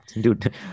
dude